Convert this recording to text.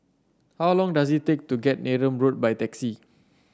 how long does it take to get Neram Road by taxi